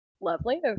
Lovely